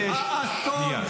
שנייה,